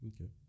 Okay